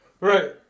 Right